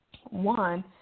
One